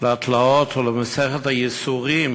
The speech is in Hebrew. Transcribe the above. לתלאות ולמסכת הייסורים